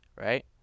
right